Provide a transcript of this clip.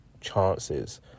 chances